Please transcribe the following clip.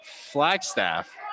Flagstaff